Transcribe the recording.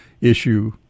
issue